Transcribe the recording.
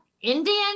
Indian